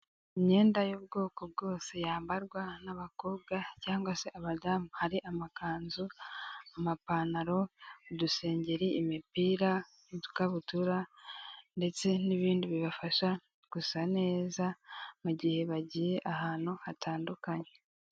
Imyenda y'ubwoko bwose yambarwa n'abakobwa cyangwa se abadamu, hari amakanzu, amapantaro, udusengeri, imipira n'udukabutura ndetse n'ibindi bibafasha gusa neza, mu gihe bagiye ahantu hatandukanye.